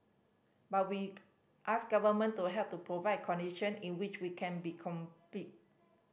but we ask government to help to provide condition in which we can be compete